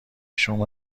شما